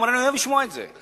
הוא אמר: אני אוהב לשמוע את זה.